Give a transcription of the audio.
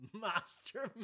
Master